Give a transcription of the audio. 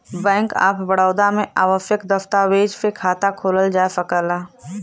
bank of Baroda में आवश्यक दस्तावेज से खाता खोलल जा सकला